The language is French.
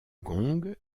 gong